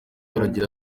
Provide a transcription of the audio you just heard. aragira